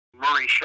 Murray